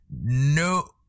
No